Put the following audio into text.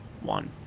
one